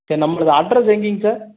சரி நம்பளுது அட்ரஸ் எங்கேங் சார்